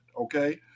okay